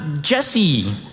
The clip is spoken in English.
Jesse